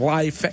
Life